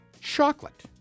Chocolate